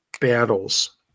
battles